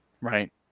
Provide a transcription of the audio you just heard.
Right